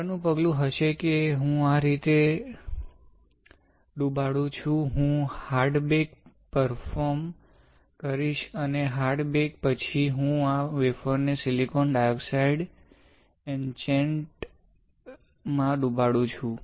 આગળનું પગલું હશે કે હું આ રીતે ડુબાડુ છું હું હાર્ડ બેક પર્ફોર્મ કરીશ અને હાર્ડ બેક પછી હું આ વેફર ને સિલિકોન ડાયોક્સાઇડ ઇચેન્ટ માં ડુબાડુ છું